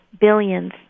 billions